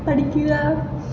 പഠിക്കുക